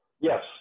Yes